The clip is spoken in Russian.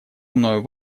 мною